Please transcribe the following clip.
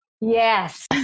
Yes